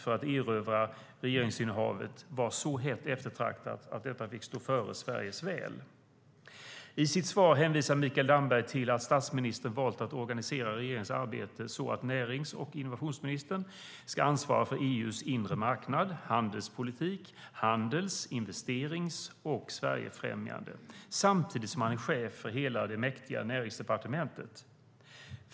Var regeringsinnehavet så hett eftertraktat att detta fick gå före Sveriges väl? I sitt svar hänvisar Mikael Damberg till att statsministern valt att organisera regeringens arbete så att närings och innovationsministern ska ansvara för EU:s inre marknad, handelspolitik, handels, investerings och Sverigefrämjande samtidigt som han är chef för hela det mäktiga Näringsdepartementet.